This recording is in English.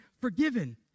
forgiven